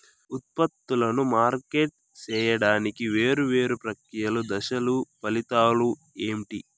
ఉత్పత్తులను మార్కెట్ సేయడానికి వేరువేరు ప్రక్రియలు దశలు ఫలితాలు ఏంటి?